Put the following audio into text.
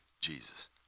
Jesus